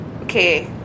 Okay